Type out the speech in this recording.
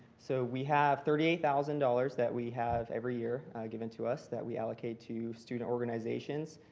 so we have thirty eight thousand dollars that we have every year given to us that we allocate to student organizations.